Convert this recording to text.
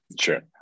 Sure